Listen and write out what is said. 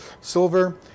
silver